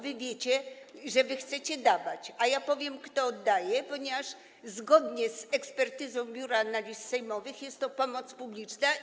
Wy wiecie, że chcecie dawać, a ja powiem, kto będzie oddawał, ponieważ zgodnie z ekspertyzą Biura Analiz Sejmowych jest to pomoc publiczna.